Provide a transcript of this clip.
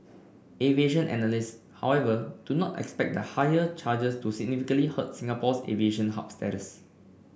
aviation analysts however do not expect the higher charges to significantly hurt Singapore's aviation hub status